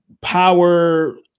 power